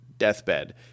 Deathbed